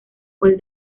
juez